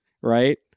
right